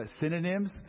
synonyms